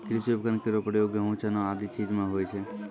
कृषि उपकरण केरो प्रयोग गेंहू, चना आदि चीज म होय छै